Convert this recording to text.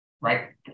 right